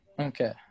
Okay